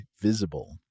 Visible